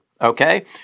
okay